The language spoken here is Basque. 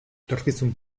etorkizun